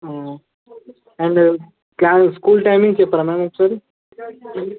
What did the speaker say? and class school timing చెప్పరా ma'am ఒకసారి